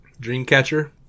Dreamcatcher